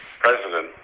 president